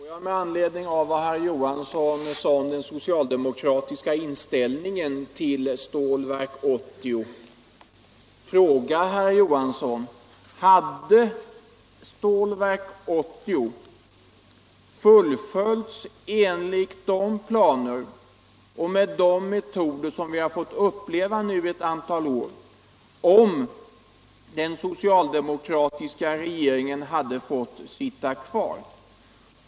Herr talman! Får jag med anledning av vad herr Johansson i Ljungby sade om den socialdemokratiska inställningen till Stålverk 80 fråga herr Johansson: Hade Stålverk 80 fullföljts enligt de planer och med de metoder som vi har fått uppleva nu ett antal år, om den socialdemokratiska regeringen hade fått sitta kvar?